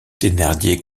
thénardier